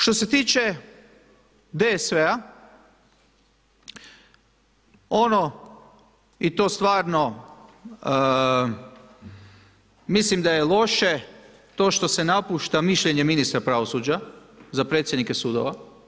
Što se tiče DSV-a, ono i to stvarno mislim da je loše to što se napušta mišljenje ministra pravosuđa za predsjednike sudova.